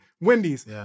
Wendy's